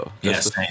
Yes